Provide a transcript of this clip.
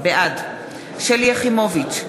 בעד שלי יחימוביץ,